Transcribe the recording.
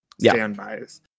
standbys